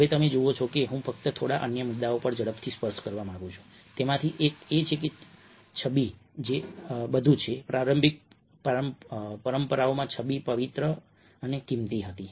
હવે તમે જુઓ છો કે હું ફક્ત થોડા અન્ય મુદ્દાઓ પર ઝડપથી સ્પર્શ કરવા માંગુ છું તેમાંથી એક એ છે કે છબી આજે બધું છે પ્રારંભિક પરંપરાઓમાં છબી પવિત્ર પવિત્ર પવિત્ર અને કિંમતી હતી